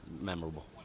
memorable